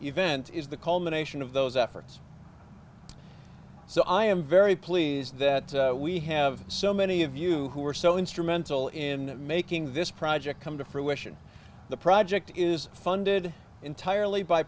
event is the culmination of those efforts so i am very pleased that we have so many of you who are so instrumental in making this project come to fruition the project is funded entirely by